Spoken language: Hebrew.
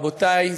רבותי,